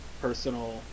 personal